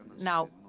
Now